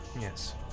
yes